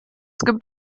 gibt